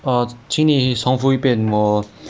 err 请你重复一遍我